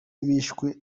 bishwe